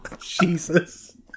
Jesus